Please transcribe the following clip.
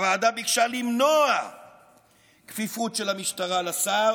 הוועדה ביקשה למנוע כפיפות של המשטרה לשר